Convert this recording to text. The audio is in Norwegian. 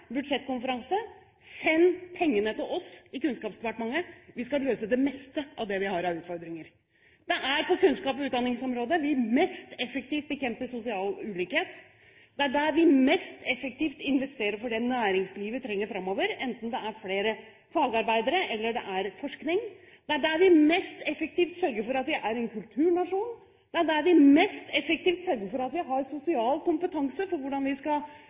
budsjettkonferanse: Send pengene til oss i Kunnskapsdepartementet. Vi skal løse det meste av det vi har av utfordringer. Det er på kunnskaps- og utdanningsområdet vi mest effektivt bekjemper sosial ulikhet. Det er der vi mest effektivt investerer for det næringslivet trenger framover, enten det er flere fagarbeidere eller det er forskning. Det er der vi mest effektivt sørger for at vi er en kulturnasjon. Det er der vi mest effektivt sørger for at vi har sosial kompetanse på hvordan vi skal